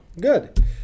Good